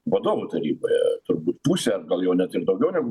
vadovų taryboje turbūt pusė gal jau ne ir daugiau negu